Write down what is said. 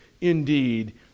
indeed